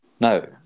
No